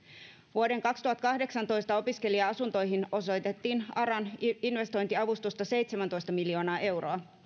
vuoden kaksituhattakahdeksantoista opiskelija asuntoihin osoitettiin aran investointiavustusta seitsemäntoista miljoonaa euroa